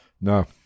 No